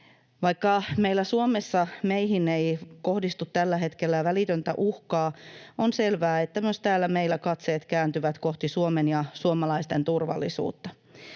Vaikka meillä Suomessa meihin ei kohdistu tällä hetkellä välitöntä uhkaa, on selvää, että myös täällä meillä katseet kääntyvät kohti Suomen ja suomalaisten turvallisuutta,